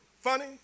funny